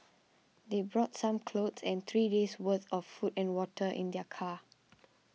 they brought some clothes and three days' worth of food and water in their car